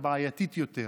הבעייתית יותר,